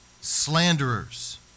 slanderers